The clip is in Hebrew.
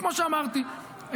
כמו שאמרתי,